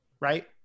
right